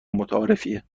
متعارفیه